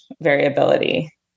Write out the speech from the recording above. variability